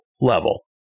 level